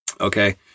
Okay